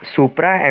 Supra